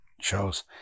shows